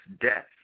death